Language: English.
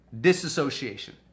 disassociation